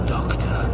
Doctor